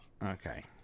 Okay